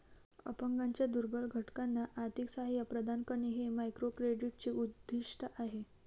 अपंगांच्या दुर्बल घटकांना आर्थिक सहाय्य प्रदान करणे हे मायक्रोक्रेडिटचे उद्दिष्ट आहे